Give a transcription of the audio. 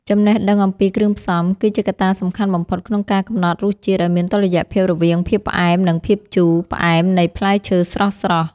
ចំណេះដឹងអំពីគ្រឿងផ្សំ គឺជាកត្តាសំខាន់បំផុតក្នុងការកំណត់រសជាតិឱ្យមានតុល្យភាពរវាងភាពផ្អែម និងភាពជូរ ផ្អែមនៃផ្លែឈើស្រស់ៗ។